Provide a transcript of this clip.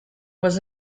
was